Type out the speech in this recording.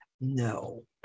No